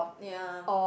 ya